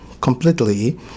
completely